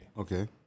Okay